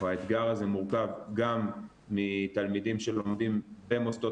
האתגר הזה מורכב גם מתלמידים שלמדים במוסדות